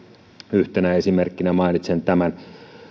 yhtenä esimerkkinä mainitsen tämän